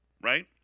Right